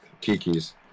Kiki's